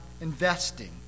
investing